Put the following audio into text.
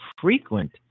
frequent